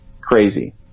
crazy